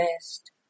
best